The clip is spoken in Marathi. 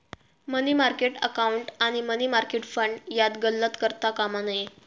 मनी मार्केट अकाउंट आणि मनी मार्केट फंड यात गल्लत करता कामा नये